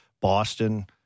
Boston